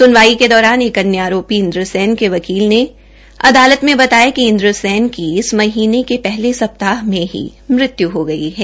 सुनवाई के दौरान एक अन्य आरोपी इन्द्रसेन के वकील ने अदालत में बताया कि इन्द्रसेन की इस महीने के पहले सप्ताह में ही मृत्यू हो गई है